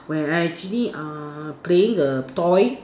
where I actually uh playing the toy